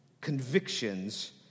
convictions